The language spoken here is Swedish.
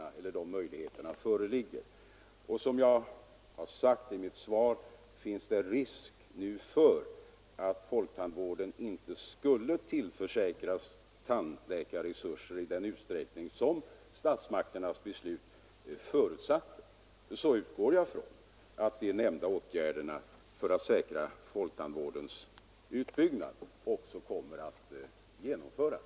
att tillförsäkra folktandvården Låt mig understryka vad jag framhöll i mitt svar: Finns det risk för att folktandvården inte skulle tillförsäkras tandläkarresurser i den utsträckning som statsmakternas beslut förutsätter, utgår jag ifrån att de nämnda åtgärderna för att säkra folktandvårdens utbyggnad också kommer att genomföras.